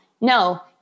No